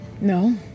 No